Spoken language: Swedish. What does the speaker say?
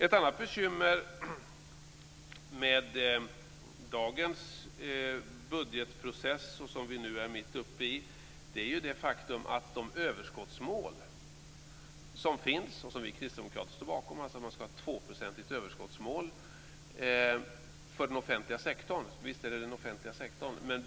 Ett annat bekymmer med dagens budgetprocess, som vi nu är mitt uppe i, har att göra med de överskottsmål som finns och som vi kristdemokrater står bakom - alltså att vi ska ha ett 2-procentigt överskottsmål för den offentliga sektorn.